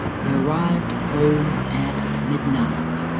he arrived home at midnight.